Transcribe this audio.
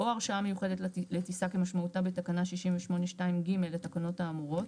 או הרשאה מיוחדת לטיסה כמשמעותה בתקנה 68(2)(ג) לתקנות האמורות,